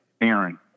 Aaron